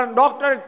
doctor